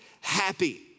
happy